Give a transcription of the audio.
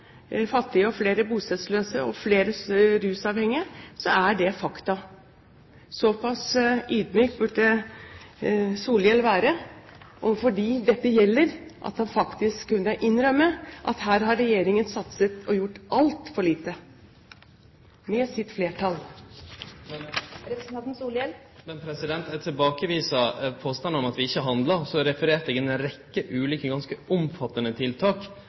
fattige og flere bostedsløse og flere rusavhengige, så er det fakta. Såpass ydmyk burde Solhjell være overfor dem dette gjelder, at han faktisk kunne innrømme at her har regjeringen satset og gjort altfor lite – med sitt flertall. Eg tilbakeviste påstanden om at vi ikkje har handla. Så refererte eg ei rekkje ulike, ganske omfattande tiltak,